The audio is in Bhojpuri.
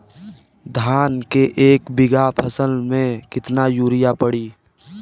धान के एक बिघा फसल मे कितना यूरिया पड़ी?